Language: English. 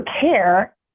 care